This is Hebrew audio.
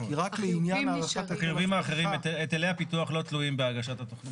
כי רק לעניין --- היטלי הפיתוח לא תלויים בהגשת התכנית.